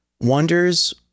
Wonders